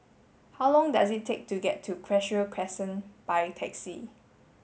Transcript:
how long does it take to get to Cashew Crescent by taxi